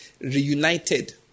reunited